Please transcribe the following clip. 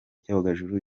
cyogajuru